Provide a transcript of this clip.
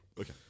Okay